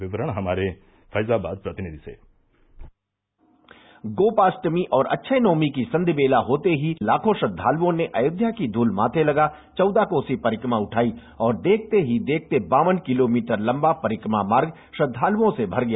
विवरण हमारे फैंजाबाद प्रतिनिधि से गोपाष्टमी और अक्षय नवमी की सांधि बेला होते ही लाखों श्रद्धालुओं ने अयोध्या की धूल माथे लगा चौदह कोसी परिक्रमा उठाई और देखते ही देखते बावन किलोमीटर लम्बा परिक्रमा मार्ग श्रद्धालुओं से भर गया